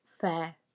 fair